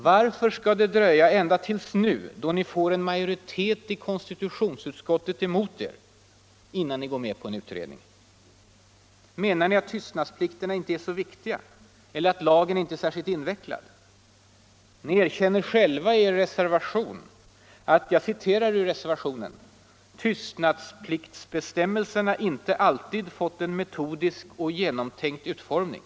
Varför skall det dröja ända till nu, då ni får en majoritet i konstitutionsutskottet emot er, innan ni går med på en utredning? Menar ni att tystnadsplikterna inte är så viktiga eller att lagen inte är särskilt invecklad? Ni erkänner själva i er reservation att ”tystnadspliktsbestämmelserna inte alltid fått en metodisk och genomtänkt utformning”.